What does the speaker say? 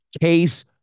Case